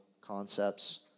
concepts